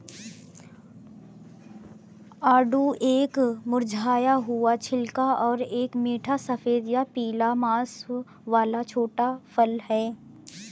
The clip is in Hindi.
आड़ू एक मुरझाया हुआ छिलका और एक मीठा सफेद या पीला मांस वाला छोटा फल है